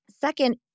Second